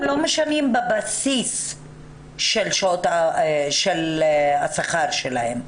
כלומר אתם לא משנים בבסיס של השכר שלהן.